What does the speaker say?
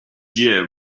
year